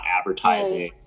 advertising